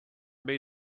made